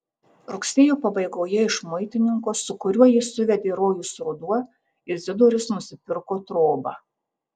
rugsėjo pabaigoje iš muitininko su kuriuo jį suvedė rojus ruduo izidorius nusipirko trobą